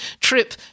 trip